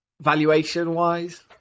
valuation-wise